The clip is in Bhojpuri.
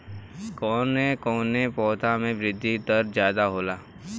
कवन कवने पौधा में वृद्धि दर ज्यादा होला?